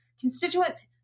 Constituents